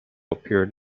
appeared